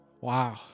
Wow